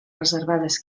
reservades